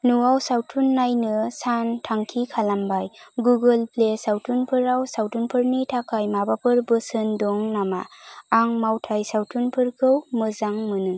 नआव सावथुन नायनो सानथांखि खालामबाय गुगोल प्ले सावथुनफोराव सावथुनफोरनि थाखाय माबाफोर बोसोन दं नामा आं मावथाय सावथुनफोरखौ मोजां मोनो